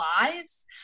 lives